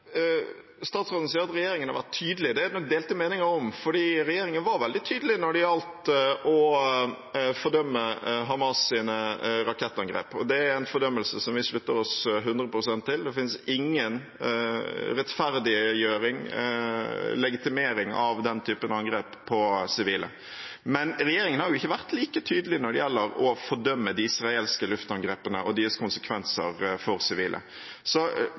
Statsråden sier at regjeringen har vært tydelig. Det er det delte meninger om. Regjeringen var veldig tydelig når det gjaldt å fordømme Hamas’ rakettangrep, og det er en fordømmelse vi slutter oss hundre prosent til. Det finnes ingen rettferdiggjøring eller legitimering av den typen angrep på sivile. Men regjeringen har jo ikke vært like tydelig når det gjelder å fordømme de israelske luftangrepene og deres konsekvenser for sivile. Hvis jeg nå kan utfordre utviklingsministeren på det helt tydelig, så